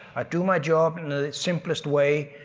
i do my job in the simplest way,